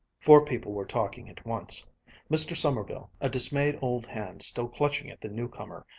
four people were talking at once mr. sommerville, a dismayed old hand still clutching at the new-comer,